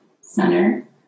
center